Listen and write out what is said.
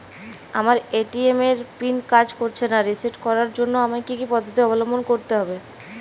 আমার এ.টি.এম এর পিন কাজ করছে না রিসেট করার জন্য আমায় কী কী পদ্ধতি অবলম্বন করতে হবে?